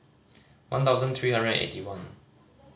one thousand three hundred and eighty one